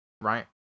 right